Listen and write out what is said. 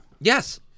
Yes